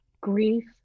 Grief